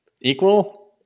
equal